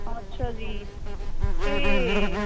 ਅੱਛਾ ਜੀ ਅਤੇ